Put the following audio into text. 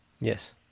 Yes